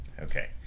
Okay